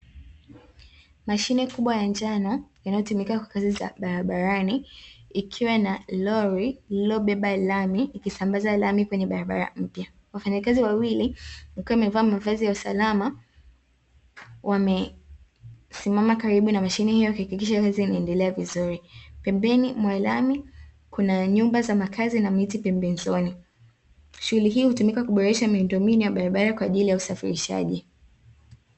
Mashine kubwa ya njano inayotumika kwa kazi za barabarani, ikiwa na lori lililobeba lami ikisambaza lami kwenye barabara mpya. Wafanyakazi wawili wakiwa wamevaa mavazi ya usalama, wamesimama karibu na mashine hiyo wakihakikisha kazi inaendelea vizuri. Pembeni mwa lami kuna nyumba za makazi na miti pembezoni. Shughuli hii hutumika kuboresha miundombinu ya barabara kwa ajili ya usafirishaji.